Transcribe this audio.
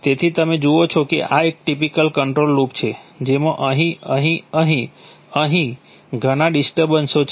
તેથી તમે જુઓ છો કે આ એક ટીપીકલ કંટ્રોલ લૂપ છે જેમાં અહીં અહીં અહીં અહીં ઘણા ડિસ્ટર્બન્સો છે